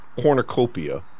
cornucopia